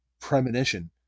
premonition